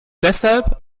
deshalb